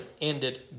ended